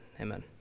amen